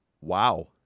Wow